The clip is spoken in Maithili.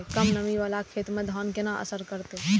कम नमी वाला खेत में धान केना असर करते?